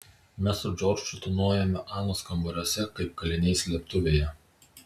mes su džordžu tūnojome anos kambariuose kaip kaliniai slėptuvėje